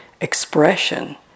expression